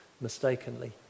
mistakenly